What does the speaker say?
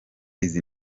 izi